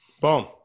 Boom